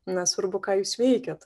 nesvarbu ką jūs veikiat